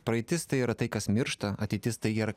praeitis tai yra tai kas miršta ateitis tai yra